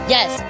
Yes